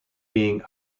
being